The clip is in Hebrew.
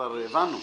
כבר הבנו.